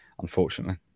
unfortunately